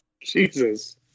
Jesus